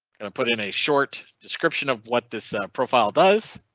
kind of put in a short description of what this profile does?